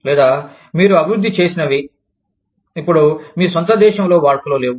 లేదా మీరు అభివృద్ధి చేసినవి ఇప్పుడు మీ స్వంత దేశంలో వాడుకలో లేవు